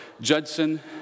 Judson